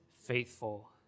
faithful